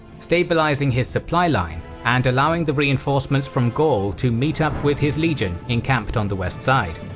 stabilising his supply line and allowing the reinforcements from gaul to meet up with his legion encamped on the west side.